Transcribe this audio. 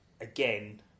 again